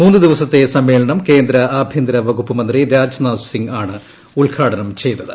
മൂന്ന് ദിവസത്തെ സമ്മേളനം കേന്ദ്ര ആഭ്യന്തര വകുപ്പ് മന്ത്രി രാജ് നാഥ് സിംഗ് ആണ് ഉദ്ഘാടനം ചെയ്തത്